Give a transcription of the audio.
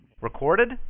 Recorded